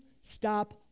stop